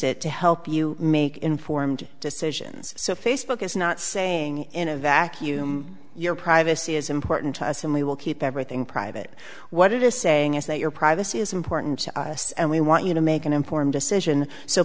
it to help you make informed decisions so facebook is not saying in a vacuum your privacy is important to us and we will keep everything private what it is saying is that your privacy is important to us and we want you to make an informed decision so